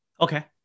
Okay